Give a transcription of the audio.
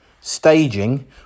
staging